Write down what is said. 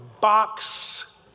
box